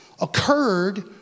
occurred